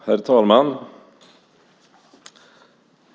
Herr talman!